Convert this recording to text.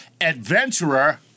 adventurer